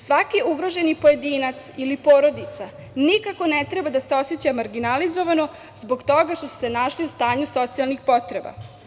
Svaki ugroženi pojedinac ili porodica nikako ne treba da se oseća marginalizovano zbog toga što su se našli u stanju socijalnih potreba.